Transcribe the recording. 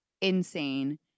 insane